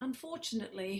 unfortunately